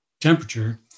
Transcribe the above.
temperature